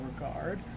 regard